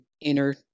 inner